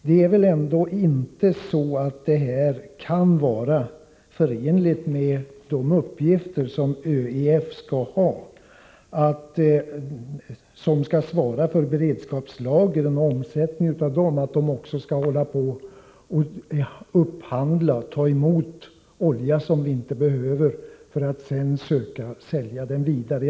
Detta kan inte vara förenligt med de uppgifter som ÖEF skall ha. ÖEF skall svara för beredskapslagren och omsättningen av dem. Det kan inte vara så, att ÖEF också skall upphandla och ta emot olja som vi inte behöver för att sedan försöka sälja den vidare.